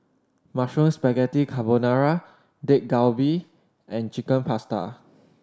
Mushroom Spaghetti Carbonara Dak Galbi and Chicken Pasta